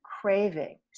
cravings